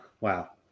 Wow